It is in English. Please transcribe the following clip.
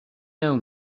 know